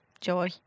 joy